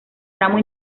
tramo